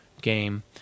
game